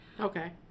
Okay